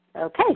Okay